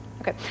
Okay